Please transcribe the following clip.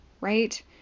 right